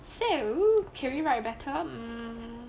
so can we write better mm